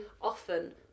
often